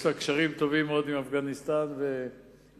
יש לה קשרים טובים מאוד עם אפגניסטן ופקיסטן,